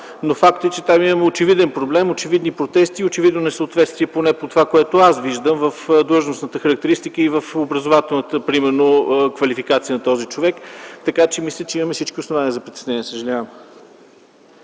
но фактът е, че имаме очевиден проблем, очевидни протести, очевидно несъответствие поне по това, което аз виждам в длъжностната характеристика и, примерно, в образователната квалификация на този човек. Мисля, че имаме всички основания за притеснение, съжалявам.